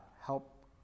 help